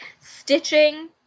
stitching